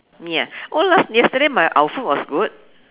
me ah oh last yesterday my our food was good